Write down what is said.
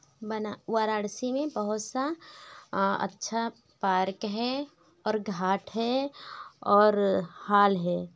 बना वाराणसी में बहुत सा अच्छा पार्क है और घाट है और हाल है